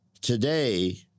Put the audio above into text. today